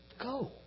Go